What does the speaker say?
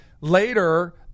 Later